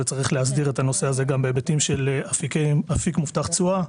וצריך להסדיר את הנושא הזה גם בהיבטים של אפיק מובטח תשואה,